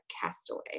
castaway